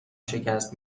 شکست